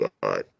God